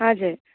हजुर